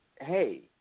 Hey